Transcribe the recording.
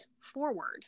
forward